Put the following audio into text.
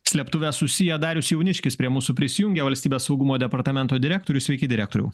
slėptuvę susiję darius jauniškis prie mūsų prisijungė valstybės saugumo departamento direktorius sveiki direktoriau